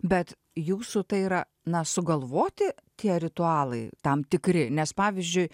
bet jūsų tai yra na sugalvoti tie ritualai tam tikri nes pavyzdžiui